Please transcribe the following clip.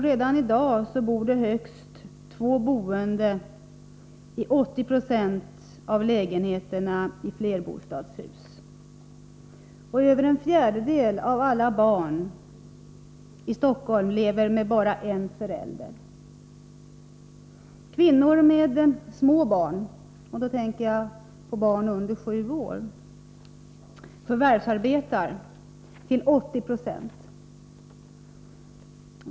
Redan i dag bor det högst två boende i 80 96 av lägenheterna i flerbostadshus. Över en fjärdedel av alla barn i Stockholm lever med bara en förälder. Kvinnor med små barn — barn under sju år — förvärvsarbetar till 80 90.